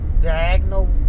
diagonal